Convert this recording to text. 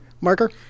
Marker